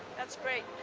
that's great,